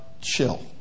chill